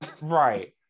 right